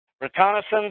Reconnaissance